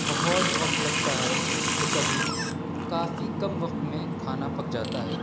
بہت وقت لگتا ہے تو کبھی کافی کم وقت میں کھانا پک جاتا ہے